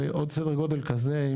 עוד סדר גודל כזה,